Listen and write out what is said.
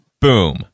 Boom